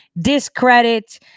Discredit